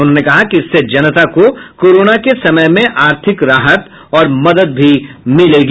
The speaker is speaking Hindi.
उन्होंने कहा कि इससे जनता को कोरोना के समय में आर्थिक राहत और मदद भी मिलेगी